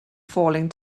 failing